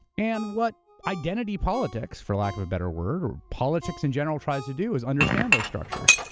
and what identity politics, for lack of a better word, or politics in general tries to do is understand those structures.